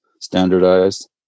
standardized